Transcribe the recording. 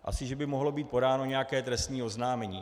Asi že by mohlo být podáno nějaké trestní oznámení.